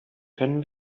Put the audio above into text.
können